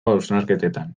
hausnarketetan